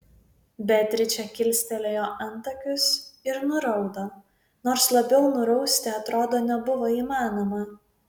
beatričė kilstelėjo antakius ir nuraudo nors labiau nurausti atrodo nebuvo įmanoma